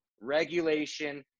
regulation